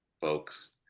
folks